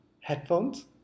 Headphones